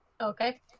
okay